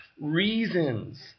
reasons